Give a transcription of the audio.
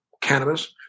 cannabis